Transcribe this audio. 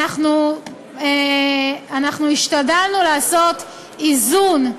השתדלנו לעשות איזון,